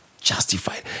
justified